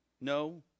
No